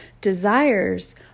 Desires